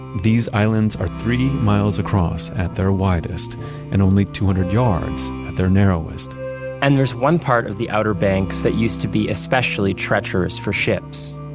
these islands are three miles across at their widest and only two hundred yards at their narrowest and there is one part of the outer banks that used to be especially treacherous for ships.